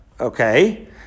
Okay